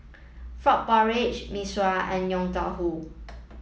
Frog Porridge Mee Sua and Yong Tau Foo